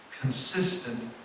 consistent